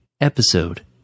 episode